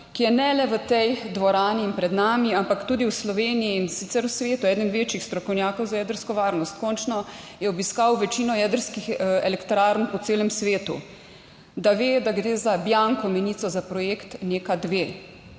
ki je ne le v tej dvorani in pred nami, ampak tudi v Sloveniji, in sicer v svetu eden večjih strokovnjakov za jedrsko varnost. Končno je obiskal večino jedrskih elektrarn po celem svetu. Da ve, da gre za bianco menico za projekt NEK2.